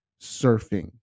surfing